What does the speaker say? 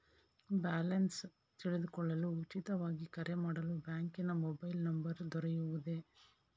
Balance ತಿಳಿದುಕೊಳ್ಳಲು ಉಚಿತವಾಗಿ ಕರೆ ಮಾಡಲು ಬ್ಯಾಂಕಿನ ಮೊಬೈಲ್ ನಂಬರ್ ದೊರೆಯುವುದೇ?